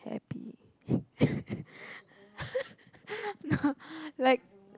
no like